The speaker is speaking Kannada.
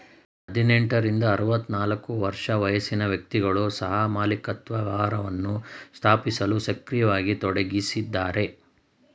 ಹದಿನೆಂಟ ರಿಂದ ಆರವತ್ತನಾಲ್ಕು ವರ್ಷ ವಯಸ್ಸಿನ ವ್ಯಕ್ತಿಗಳು ಸಹಮಾಲಿಕತ್ವ ವ್ಯವಹಾರವನ್ನ ಸ್ಥಾಪಿಸಲು ಸಕ್ರಿಯವಾಗಿ ತೊಡಗಿಸಿದ್ದಾರೆ